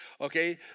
Okay